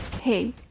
Hey